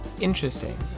interesting